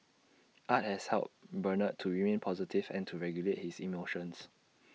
art has helped Bernard to remain positive and to regulate his emotions